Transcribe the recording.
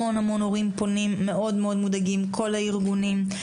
המון הורים פונים מאוד מודאגים, כל הארגונים.